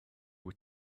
were